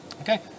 Okay